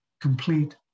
complete